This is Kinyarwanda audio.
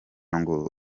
ngo